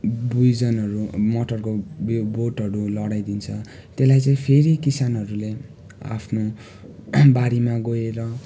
बिजनहरू मटरको बो बोटहरू लडाइदिन्छ त्यसलाई चाहिँ फेरि किसानहरूले आफ्नो बारीमा गएर